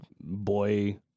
boy